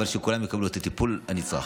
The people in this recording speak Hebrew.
אבל שכולם יקבלו את הטיפול הנדרש.